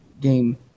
game